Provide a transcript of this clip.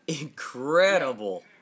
Incredible